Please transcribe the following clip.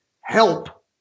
help